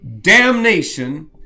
damnation